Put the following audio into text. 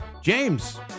James